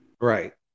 Right